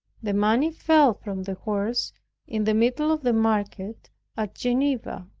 the money fell from the horse in the middle of the market at geneva.